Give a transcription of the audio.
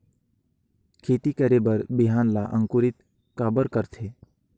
खेती करे बर बिहान ला अंकुरित काबर करथे?